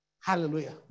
Hallelujah